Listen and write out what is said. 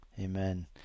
Amen